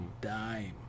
dime